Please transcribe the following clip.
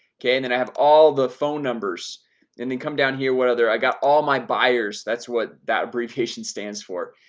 okay, and then i have all the phone numbers and then come down here what other i got all my buyers, that's what that abbreviation stands for